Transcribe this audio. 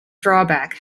drawback